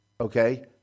Okay